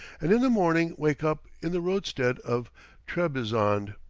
and in the morning wake up in the roadstead of trebizond.